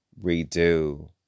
redo